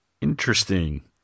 interesting